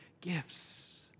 gifts